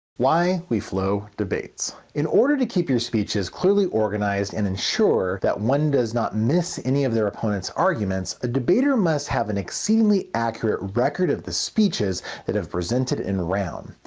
why we flow debates in order to keep your speeches clearly organized and ensure that one does not miss any of their opponent's arguments, a debater must have an exceedingly accurate record of the speeches that have been presented in round.